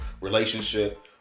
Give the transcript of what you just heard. relationship